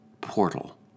portal